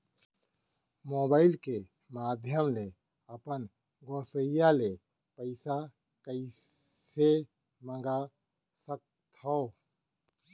Mobile के माधयम ले अपन गोसैय्या ले पइसा कइसे मंगा सकथव?